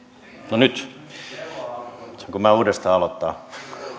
no nyt saanko minä uudestaan aloittaa